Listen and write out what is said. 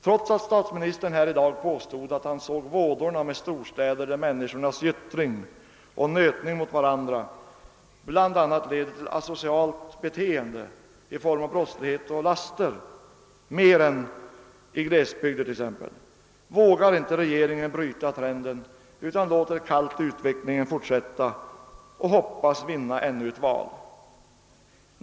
Trots att statsministern här i dag påstod att han såg vådorna med storstäder där människornas gyttring och nötning mot varandra bl.a. leder till asocialt beteende i form av brottslighet och laster vågar inte regeringen bryta trenden utan låter kallt utveckligen fortsätta och hoppas vinna ännu ett val.